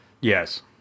yes